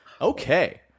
okay